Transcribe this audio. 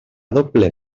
doble